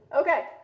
Okay